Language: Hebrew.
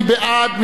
מי בעד?